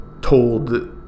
told